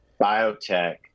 biotech